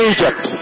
Egypt